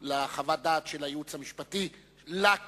לחוות-הדעת של הייעוץ המשפטי לכנסת,